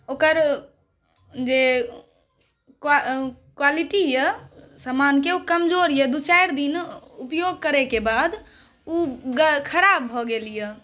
ओकर जे क्वालिटी यऽ समानके ओ कमजोर यऽ दू चारि दिन उपयोग करैके बाद ओ खराब भऽ गेल यऽ